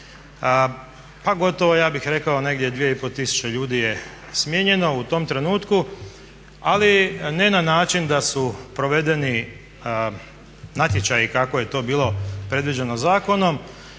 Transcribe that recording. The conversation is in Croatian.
pa gotovo ja bih rekao negdje 2,5 tisuće ljudi je smijenjeno u tom trenutku, ali ne na način da su provedeni natječaji kako je to bilo predviđeno zakonom